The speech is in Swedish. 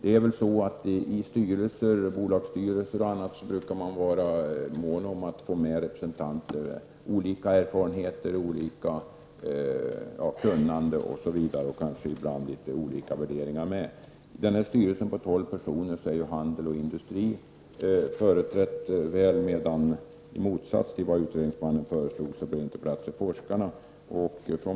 I bolagsstyrelser och i andra sammanhang brukar man vara mån om att få med representanter med olika erfarenheter, kunnande och kanske ibland li tet olika värderingar. I denna styrelse som består av tolv personer är handel och industri väl företrädda. Men i motsats till vad utredningsmannen föreslog blev det inte någon plats för forskarna.